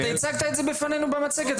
אתה הצגת את זה בפנינו במצגת,